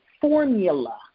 formula